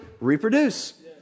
reproduce